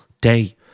day